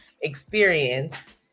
experience